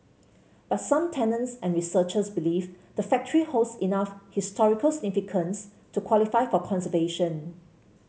but some tenants and researchers believe the factory holds enough historical significance to qualify for conservation